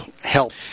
help